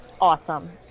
awesome